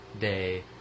day